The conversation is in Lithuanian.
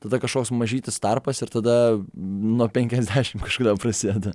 tada kažkoks mažytis tarpas ir tada nuo penkiasdešim kažkodėl prasideda